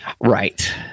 Right